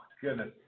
goodness